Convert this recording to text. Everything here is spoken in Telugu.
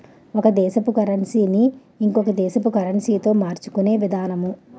ఒక దేశపు కరన్సీ ని ఇంకొక దేశపు కరెన్సీతో మార్చుకునే విధానము